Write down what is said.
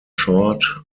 short